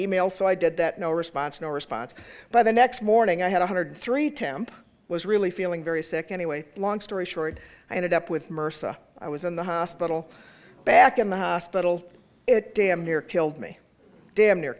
email so i did that no response no response by the next morning i had one hundred three temp was really feeling very sick anyway long story short i ended up with mersa i was in the hospital back in the hospital it damn near killed me damn near